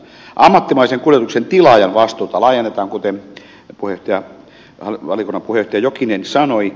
ammattimaisen kuljetuksen tilaajan vastuuta laajennetaan kuten valiokunnan puheenjohtaja jokinen sanoi